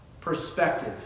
perspective